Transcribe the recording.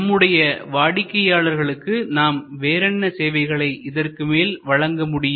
நம்முடைய வாடிக்கையாளர்களுக்கு நாம் வேறென்ன சேவைகளை இதற்கு மேல் வழங்க முடியும்